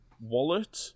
wallet